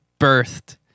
birthed